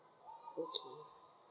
okay